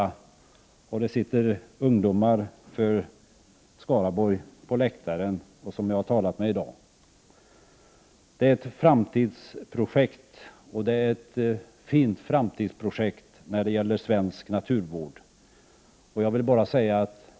Och på läktaren sitter det ungdomar från Skaraborgs län, som jag har talat medi dag. Det rör sig om ett fint framtidsprojekt i svensk naturvård.